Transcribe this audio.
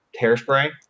hairspray